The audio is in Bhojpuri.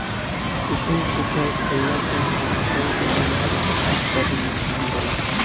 कुसुम के तेल खाईला के अलावा कईगो बीमारी के ठीक करे में काम देला